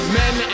men